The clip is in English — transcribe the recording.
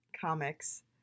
comics